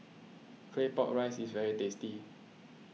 Claypot Rice is very tasty